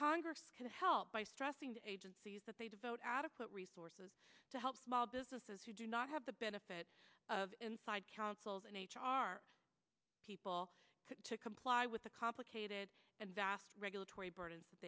congress can help by stressing to agencies that they devote adequate resources to help small businesses who do not have the benefit of inside counsels and h r people to comply with a complicated and vast regulatory burden